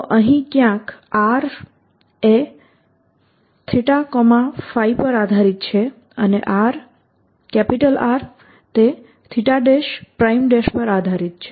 તો અહીં ક્યાંક r એ θɸ પર આધારીત છે અને R એ θɸ પર આધારીત છે